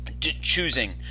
choosing